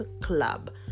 club